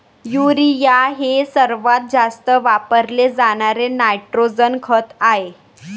urea हे सर्वात जास्त वापरले जाणारे नायट्रोजन खत आहे